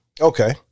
Okay